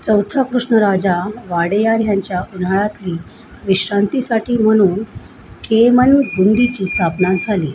चौथा कृष्णराजा वोडेयार ह्यांच्या उन्हाळातली विश्रांतीसाठी म्हणून केम्मनगुंडीची स्थापना झाली